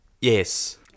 Yes